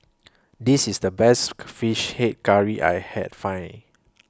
This IS The Best Fish Head Curry I heard finding